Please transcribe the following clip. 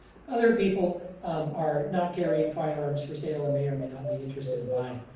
other people are not carrying firearms for sale and may or may not be interested in buying.